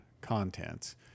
contents